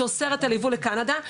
שאוסרת על ייבוא לקנדה.